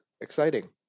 exciting